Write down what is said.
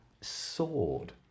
sword